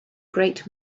great